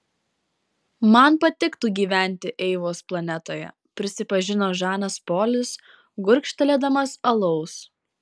man patiktų gyventi eivos planetoje prisipažino žanas polis gurkštelėdamas alaus